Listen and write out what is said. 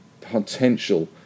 potential